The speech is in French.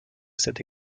cette